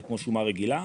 זה כמו שומה רגילה.